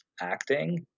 acting